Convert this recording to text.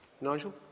Nigel